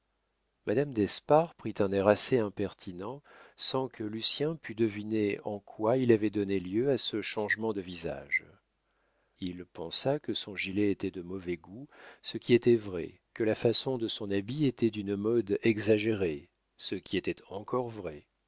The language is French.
madame d'espard prit un air assez impertinent sans que lucien pût deviner en quoi il avait donné lieu à ce changement de visage il pensa que son gilet était de mauvais goût ce qui était vrai que la façon de son habit était d'une mode exagérée ce qui était encore vrai